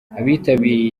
abitabiriye